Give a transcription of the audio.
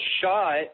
shot